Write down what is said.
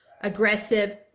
aggressive